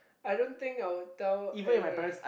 I don't think I would tell everyone